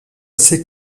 assez